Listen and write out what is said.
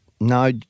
No